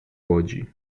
łodzi